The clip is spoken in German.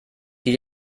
die